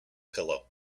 pillow